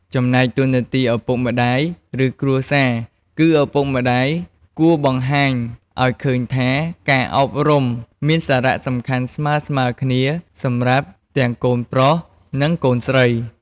ចំណែកតួនាទីឪពុកម្តាយ និងគ្រួសារគឺ ឪពុកម្តាយគួរបង្ហាញឱ្យឃើញថា ការអប់រំមានសារៈសំខាន់ស្មើៗគ្នាសម្រាប់ទាំងកូនប្រុស និងកូនស្រី។